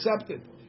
accepted